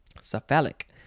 cephalic